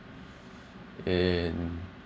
in